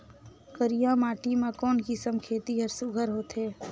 करिया माटी मा कोन किसम खेती हर सुघ्घर होथे?